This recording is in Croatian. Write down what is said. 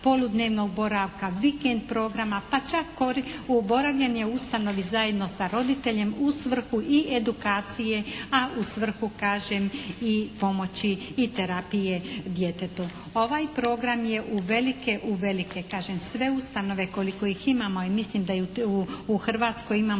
poludnevnog boravka, vikend programa pa čak boravljenje u ustanovi zajedno sa roditeljem u svrhu i edukacije a u svrhu kažem i pomoći i terapije djetetu. Ovaj program je uvelike, kažem sve ustanove koliko ih imamo i mislim da je u Hrvatskoj imamo